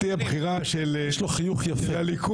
יש לה גם חיים וגם ילדים לשים בגן.